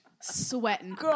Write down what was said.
sweating